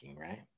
right